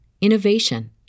innovation